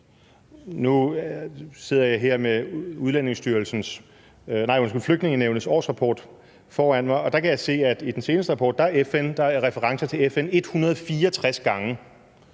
Nu sidder jeg her med Flygtningenævnets årsrapport foran mig, og der kan jeg se, at der i den seneste rapport er referencer til FN 164 gange